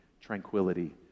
tranquility